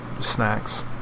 snacks